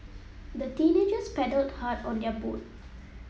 the teenagers paddled hard on their boat